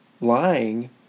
lying